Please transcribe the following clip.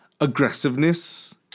aggressiveness